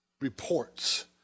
reports